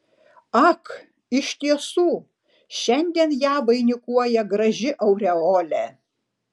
ak iš tiesų šiandien ją vainikuoja graži aureolė